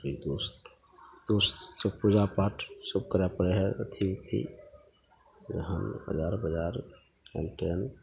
ई दोस दोस्त सभ पूजापाठ ई सब करै पड़ै हइ अथी ई हम अजार बजार हेन टेन